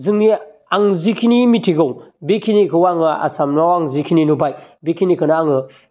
जोंनि आं जिखिनि मिथिगौ बेखिनिखौ आङो आसामाव जिखिनि नुबाय बेखिनिखौनो आङो